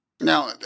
Now